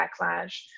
backlash